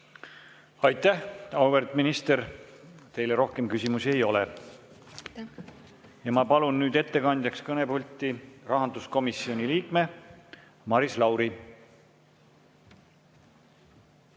Aitäh, auväärt minister! Teile rohkem küsimusi ei ole. Ma palun nüüd ettekandeks kõnepulti rahanduskomisjoni liikme Maris Lauri.